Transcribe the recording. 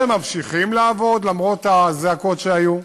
שממשיכים לעבוד, למרות הזעקות שהיו,